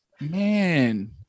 man